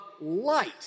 light